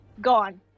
gone